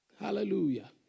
Hallelujah